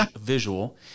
visual